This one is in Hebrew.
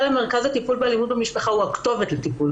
המרכז לטיפול באלימות במשפחה הוא הכתובת לטיפול.